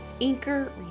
Anchor